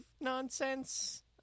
nonsense